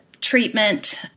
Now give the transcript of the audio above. treatment